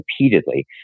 repeatedly